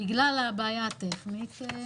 ובגלל הבעיה הטכנית זה כך.